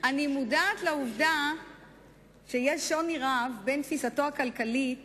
אני מודעת לעובדה שיש שוני רב בין תפיסתו הכלכלית